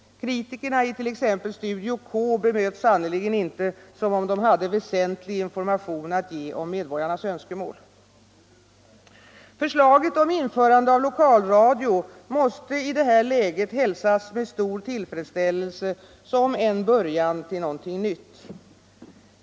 Kritikerna it.ex. Studio K bemöts sannerligen inte som om de hade väsentlig information att ge om medborgarnas önskemål. Förslaget om införande av lokalradio måste i detta läge hälsas med stor tillfredsställelse som en början till något nytt.